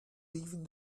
leaving